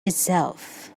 itself